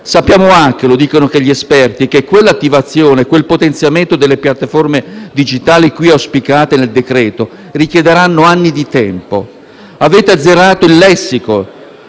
Sappiamo anche - lo dicono anche gli esperti - che quel potenziamento delle piattaforme digitali cui auspicate nel decreto richiederà anni di tempo. Avete azzerato il lessico,